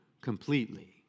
completely